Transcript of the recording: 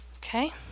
okay